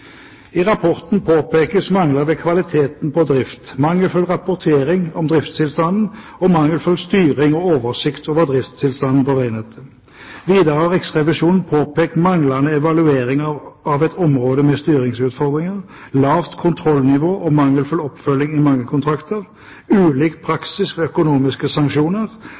I rapporten påpekes manglende kvalitet på drift, mangelfull rapportering om driftstilstanden og mangelfull styring og oversikt over driftstilstanden på veinettet. Videre har Riksrevisjonen påpekt manglende evaluering av et område med styringsutfordringer, lavt kontrollnivå og mangelfull oppfølging i mange kontrakter, ulik praksis ved økonomiske sanksjoner,